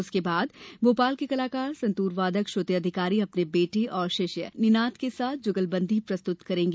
उसके बाद भोपाल की कलाकार संतूर वादक श्रृति अधिकारी अपने बेटे और शिष्य निनांद के साथ जुगलबंदी प्रस्तुति देंगी